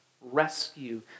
Rescue